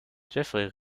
jeffery